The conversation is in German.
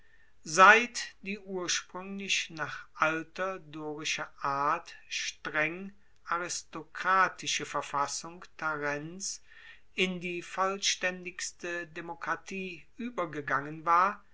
seit die urspruenglich nach alter dorischer art streng aristokratische verfassung tarents in die vollstaendigste demokratie uebergegangen war